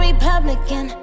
Republican